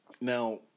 Now